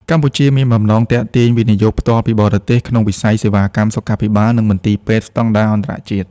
កម្ពុជាមានបំណងទាក់ទាញ វិនិយោគផ្ទាល់ពីបរទេស ក្នុងវិស័យសេវាកម្មសុខាភិបាល និងមន្ទីរពេទ្យស្ដង់ដារអន្តរជាតិ។